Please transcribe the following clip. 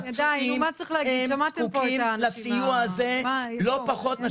והפצועים זקוקים לסיוע הזה לא פחות מאשר כל אחד אחר.